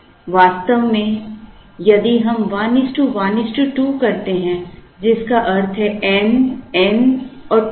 वास्तव में यदि हम 112 करते हैं जिसका अर्थ है n n और 2 n